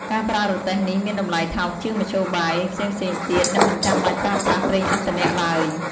ការប្រើរទេះនេះមានតម្លៃថោកជាងមធ្យោបាយផ្សេងៗទៀត និងមិនចាំបាច់ប្រើប្រាស់ប្រេងឥន្ធនៈឡើយ។